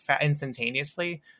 instantaneously